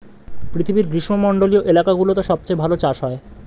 পৃথিবীর গ্রীষ্মমন্ডলীয় এলাকাগুলোতে সবচেয়ে ভালো চাষ হয়